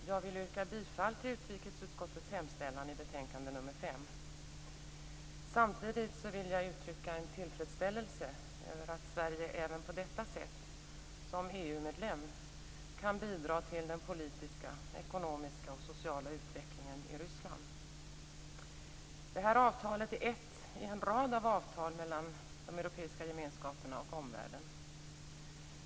Herr talman! Jag yrkar bifall till utrikesutskottets hemställan i betänkande nr 5. Samtidigt vill jag uttrycka en tillfredsställelse över att Sverige även på detta sätt, som EU-medlem, kan bidra till den politiska, ekonomiska och sociala utvecklingen i Ryssland. Detta avtal är ett i en rad av avtal mellan de europeiska gemenskaperna och omvärlden.